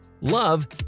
love